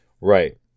Right